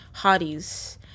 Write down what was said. Hotties